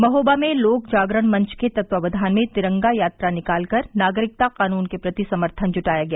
महोबा में लोक जागरण मंच के तत्वाक्धान में तिरंगा यात्रा निकालकर नागरिकता कानून के प्रति समर्थन जुटाया गया